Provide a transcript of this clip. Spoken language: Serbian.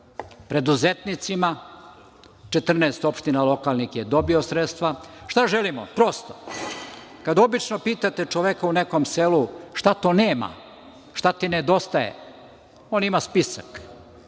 preduzetnicima, 14 lokalnih opština je dobilo sredstva. Šta želimo? Prosto, kada obično pitate čoveka u nekom selu šta to nema, šta ti nedostaje, on ima spisak.